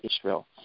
Israel